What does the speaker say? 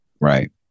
Right